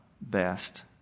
best